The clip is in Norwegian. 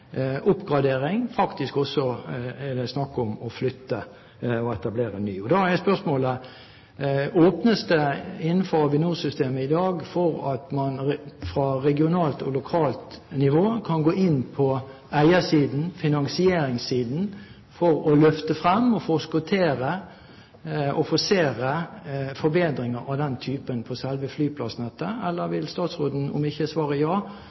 oppgradering – faktisk er det også snakk om flytting og å etablere nye. Og da er spørsmålet: Åpnes det innenfor Avinor-systemet i dag for at man fra regionalt og lokalt nivå kan gå inn på eiersiden, finansieringssiden, for å løfte frem, forskuttere og forsere forbedringer av den typen på selve flyplassnettet, eller vil statsråden om hun ikke svarer ja, se på om det kan åpnes for den